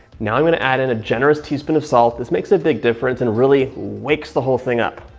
now i'm going to add in a generous teaspoon of salt. this makes a big difference and really wakes the whole thing up.